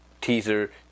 teaser